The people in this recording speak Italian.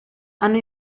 hanno